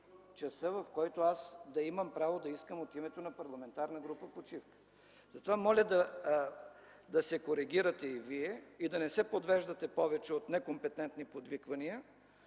в който аз да имам право да искам почивка, от името на парламентарна група. Затова моля да се коригирате и Вие, да не се подвеждате повече от некомпетентни подвиквания